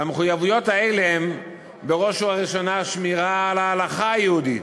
והמחויבויות האלה הן בראש ובראשונה שמירה על ההלכה היהודית.